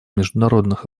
международных